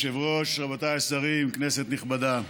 רבותיי השרים, כנסת נכבדה,